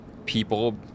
people